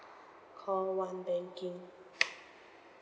call one banking